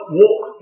walk